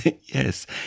Yes